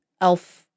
elf